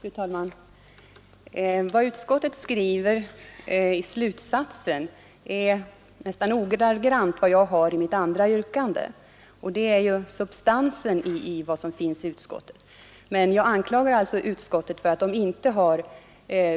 Fru talman! Vad utskottet skriver i slutsatsen överensstämmer nästan ordagrant med mitt andra yrkande. Detta är själva substansen i vad utskottet skriver. Men jag anklagar alltså utskottet för att det inte har